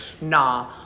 Nah